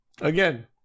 again